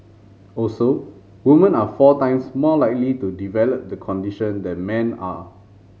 also women are four times more likely to develop the condition than men are